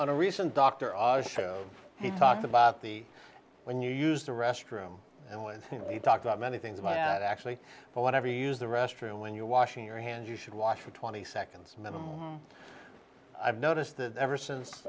about a recent dr oz show he talks about the when you use the restroom and was talked about many things like that actually but whatever you use the restroom when you're washing your hands you should wash for twenty seconds minimum i've noticed that ever since